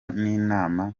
n’inama